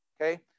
okay